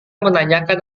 menanyakan